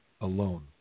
alone